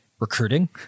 recruiting